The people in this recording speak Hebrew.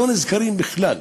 שלא נזכרים בכלל.